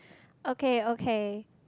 okay okay